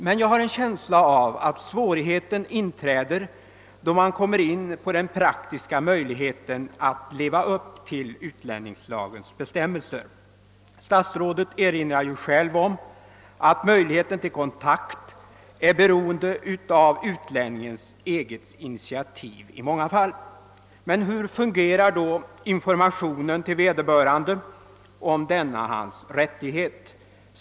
Men jag har en känsla av att svårigheten inträder då man kommer in på den praktiska möjligheten att leva upp till utlänningslagens bestämmelser. Statsrådet erinrar ju själv om att möjligheten till kontakt i många fall är beroende av utlänningens eget initiativ. Men hur fungerar då informationen till vederbörande om denna hans rättighet?